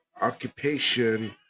occupation